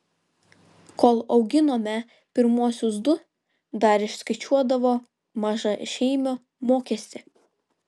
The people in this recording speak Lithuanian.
kol auginome pirmuosius du dar išskaičiuodavo mažašeimio mokestį